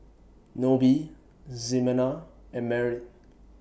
Nobie Ximena and Merritt